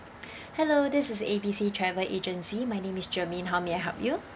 hello this is A B C travel agency my name is germaine how may I help you